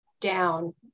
down